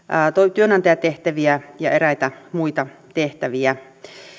työnantajatehtäviä ja eräitä muita tehtäviä